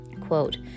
Quote